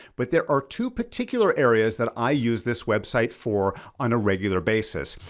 but there are two particular areas that i use this website for, on a regular basis.